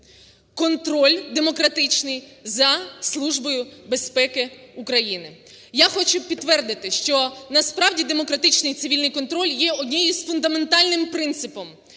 контроль демократичний за Службою безпеки України. Я хочу підтвердити, що насправді демократичний і цивільний контроль є одним з фундаментальних принципів